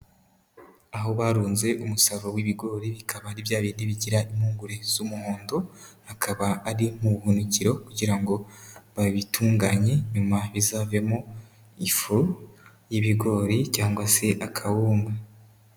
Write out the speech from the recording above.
Aho barunze umusaruro w'ibigori, bikaba ari bya bindi bigira impungure z'umuhondo, akaba ari mu buhunikiro kugira ngo babitunganye, nyuma bizavemo ifu y'ibigori cyangwa se akawunga.